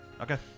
Okay